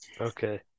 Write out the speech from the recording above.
okay